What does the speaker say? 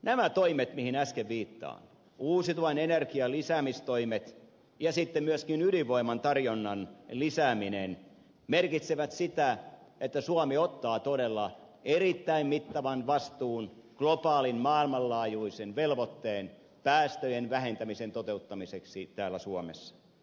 nämä toimet mihin äsken viittasin uusiutuvan energian lisäämistoimet ja sitten myöskin ydinvoiman tarjonnan lisääminen merkitsevät sitä että suomi ottaa todella erittäin mittavan vastuun globaalin maailmanlaajuisen velvoitteen päästöjen vähentämisen toteuttamiseksi täällä suomessa